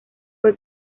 fue